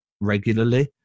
regularly